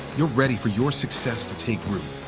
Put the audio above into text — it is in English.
you're ready for your success to take root,